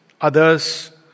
others